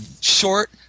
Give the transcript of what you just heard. short